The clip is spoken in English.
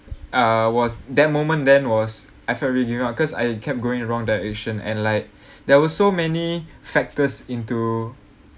ah was that moment then was I felt really wrong cause I kept going around that location and like there were so many factors into